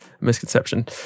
misconception